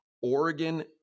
Oregon